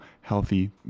healthy